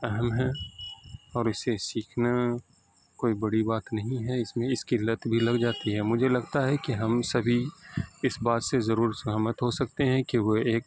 اہم ہے اور اسے سیکھنا کوئی بڑی بات نہیں ہے اس میں اس کی لت بھی لگ جاتی ہے مجھے لگتا ہے کہ ہم سبھی اس بات سے ضرور سہمت ہو سکتے ہیں کہ وہ ایک